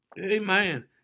amen